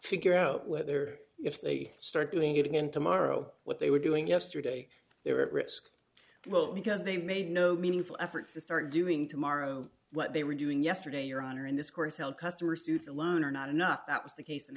figure out whether if they start doing it again tomorrow what they were doing yesterday they were at risk well because they made no meaningful effort to start doing tomorrow what they were doing yesterday your honor in this course held customer suits alone are not enough that was the case